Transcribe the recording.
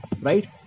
right